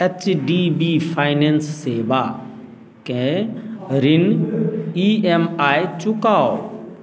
H D B finance सेवाके ऋण E M I चुकाउ